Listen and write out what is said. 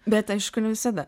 bet aišku ne visada